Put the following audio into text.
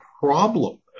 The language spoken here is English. problem